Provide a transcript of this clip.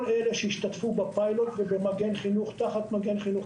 אלה שהשתתפו בפיילוט תחת מגן חינוך,